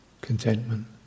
contentment